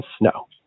No